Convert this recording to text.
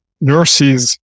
nurses